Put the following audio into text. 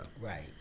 Right